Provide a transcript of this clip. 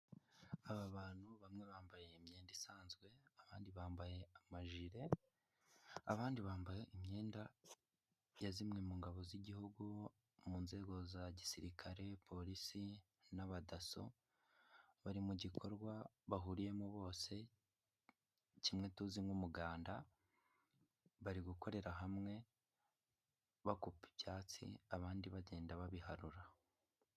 Aba bantu bamwe bambaye imyenda isanzwe abandi bambaye amajire, abandi bambaye imyenda ya zimwe mu ngabo z'igihugu mu nzego za gisirikare, polisi n'aba daso, bari mu gikorwa bahuriyemo bose kimwe tuzi nk'umuganda, bari gukorera hamwe bakupa ibyatsi abandi bagenda babiharura.